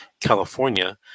california